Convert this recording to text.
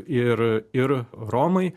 ir ir romai